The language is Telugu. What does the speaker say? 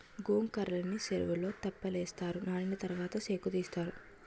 గొంకర్రలని సెరువులో తెప్పలేస్తారు నానిన తరవాత సేకుతీస్తారు